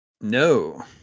No